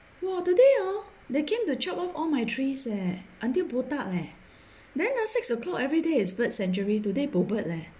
!wah! today hor they came to chope off all my trees leh until botak leh then ah six o'clock every day is birds sanctuary today bo bird leh